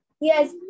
yes